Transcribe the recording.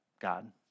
God